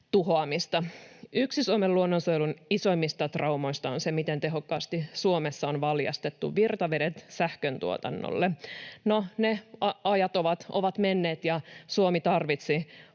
tuhoamista. Yksi Suomen luonnonsuojelun isoimmista traumoista on se, miten tehokkaasti Suomessa on valjastettu virtavedet sähköntuotannolle. No, ne ajat ovat menneet — Suomi tarvitsi